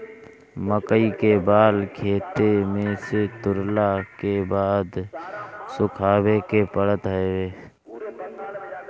मकई के बाल खेते में से तुरला के बाद सुखावे के पड़त हवे